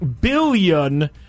billion